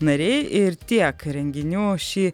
nariai ir tiek renginių šį